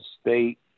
State